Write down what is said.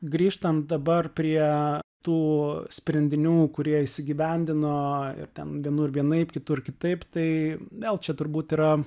grįžtant dabar prie tų sprendinių kurie įsigyvendino ir ten vienur vienaip kitur kitaip tai vėl čia turbūt yra